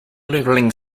leveling